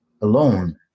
alone